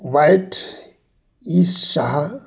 वाईट ईस्ट शहा